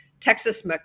Texas